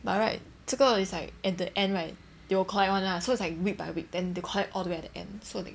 but right 这个 it's like at the end right they will collect one lah so it's like week by week then they will collect all the way at the end